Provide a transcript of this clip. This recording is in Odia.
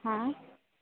ହଁ